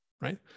right